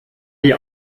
die